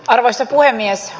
arvoisa puhemies